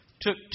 took